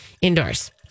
indoors